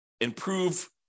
improve